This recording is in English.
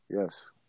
Yes